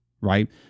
right